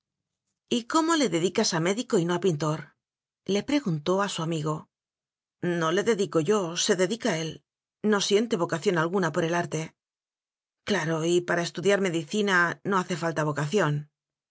pareció y cómo le dedicas a médico y no a pin tor le preguntó a su amigo no le dedico yo se dedica él no siente vocación alguna por el arte claro y para estudiar medicina no hace falta vocación